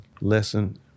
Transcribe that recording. lesson